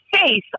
Face